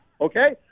Okay